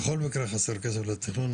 בכל מקרה חסר כסף לתכנון.